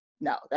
No